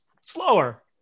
slower